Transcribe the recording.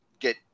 get